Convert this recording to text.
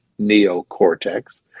neocortex